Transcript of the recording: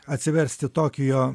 atsiversti tokijo